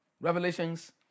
Revelations